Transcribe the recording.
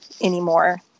anymore